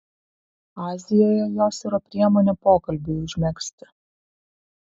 azijoje jos yra priemonė pokalbiui užmegzti